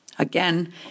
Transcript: Again